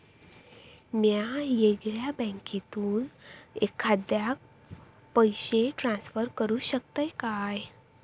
म्या येगल्या बँकेसून एखाद्याक पयशे ट्रान्सफर करू शकतय काय?